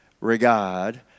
regard